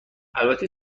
البته